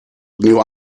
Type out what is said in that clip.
opnieuw